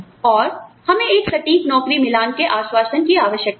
और हमें एक सटीक नौकरी मिलान के आश्वासन की आवश्यकता है